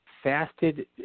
fasted